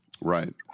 Right